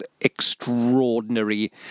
extraordinary